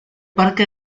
parque